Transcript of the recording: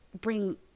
bring